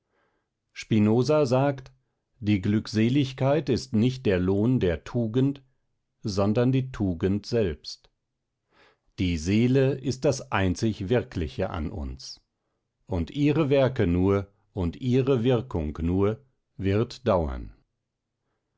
spinoza sagt die glückseligkeit ist nicht der lohn der tugend sondern die tugend selbst die seele ist das einzig wirkliche an uns und ihre werke nur und ihre wirkung nur wird dauern